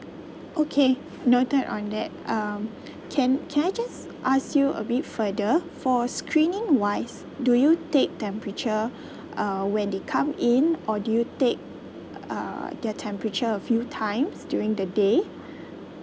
okay noted on that um can can I just ask you a bit further for screening wise do you take temperature uh when they come in or do you take uh the temperature a few times during the day